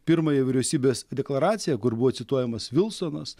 pirmąją vyriausybės deklaraciją kur buvo cituojamas vilsonas